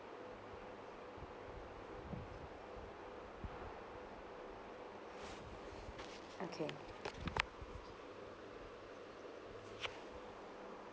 okay